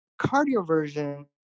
cardioversion